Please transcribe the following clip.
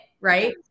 Right